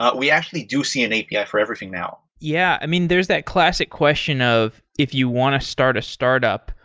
but we actually do see an api for everything now. yeah. i mean, there's that classic question of if you want to start a startup,